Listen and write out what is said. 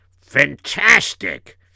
Fantastic